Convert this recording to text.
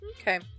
Okay